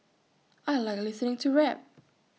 I Like listening to rap